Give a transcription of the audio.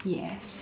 yes